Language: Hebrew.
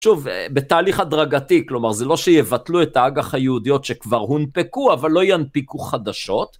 שוב, בתהליך הדרגתי, כלומר, זה לא שיבטלו את האג"ח הייעודיות שכבר הונפקו, אבל לא ינפיקו חדשות.